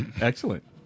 Excellent